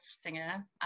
singer